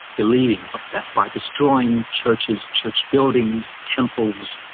believing that by destroying churches, church buildings, temples,